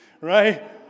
right